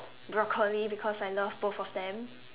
broccoli because I love both of them